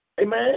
Amen